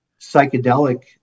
psychedelic